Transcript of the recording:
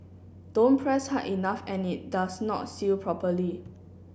don't press hard enough and it does not seal properly